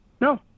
No